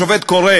השופט קורא